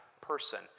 person